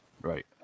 Right